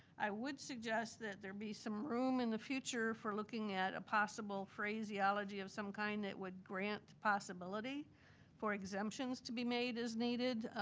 i would suggest that there be some room in the future for looking at a possible phraseology of some kind that would grant the possibility for exemptions to be made as needed.